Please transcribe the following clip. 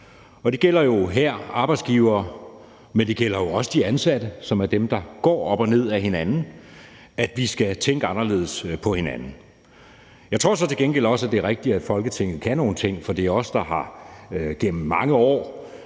Og det gælder jo her arbejdsgivere, men det gælder jo også de ansatte, som er dem, der går op og ned ad hinanden, at vi skal tænke anderledes på hinanden. Jeg tror så til gengæld også, at det er rigtigt, at Folketinget kan nogle ting, for det er os, der gennem mange år